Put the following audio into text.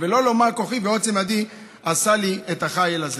ולא לומר: כוחי ועוצם ידי עשה לי את החיל הזה.